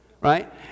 Right